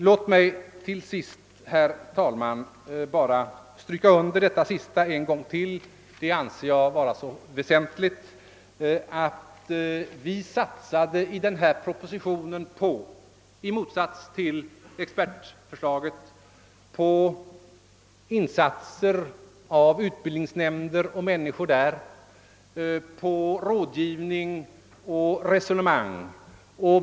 Låt mig, herr talman, stryka under detta sista en gång till. Det är, anser jag, väsentligt att vi i denna proposition i motsats till expertförslaget har satsat på insatser i utbildningsnämnder, på rådgivning och resonemang.